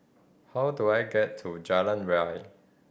how do I get to Jalan Ria